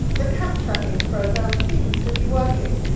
the cat trapping program seems to be working,